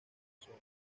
zona